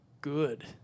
good